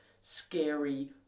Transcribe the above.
scary